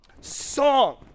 song